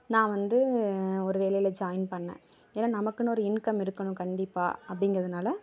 நான் வந்து ஒரு வேலையில் ஜாயின் பண்ணேன் ஏன்னா நமக்குன்னு ஒரு இன்கம் இருக்கணும் கண்டிப்பாக அப்படிங்கிறதுனால